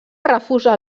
refusa